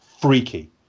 freaky